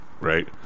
right